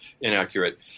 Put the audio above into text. inaccurate